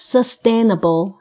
Sustainable